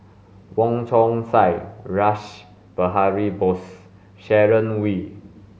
Wong Chong Sai Rash Behari Bose and Sharon Wee